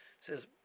says